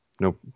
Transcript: Nope